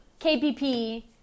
KPP